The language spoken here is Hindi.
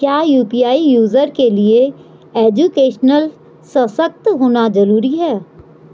क्या यु.पी.आई यूज़र के लिए एजुकेशनल सशक्त होना जरूरी है?